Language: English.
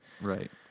Right